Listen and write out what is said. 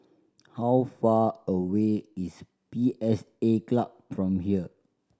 how far away is P S A Club from here